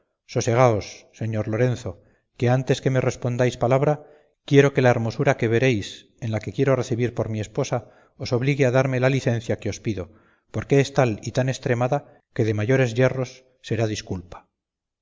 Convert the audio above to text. sosegaos señor lorenzo que antes que me respondáis palabra quiero que la hermosura que veréis en la que quiero recebir por mi esposa os obligue a darme la licencia que os pido porque es tal y tan estremada que de mayores yerros será disculpa